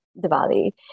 Diwali